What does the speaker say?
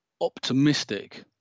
optimistic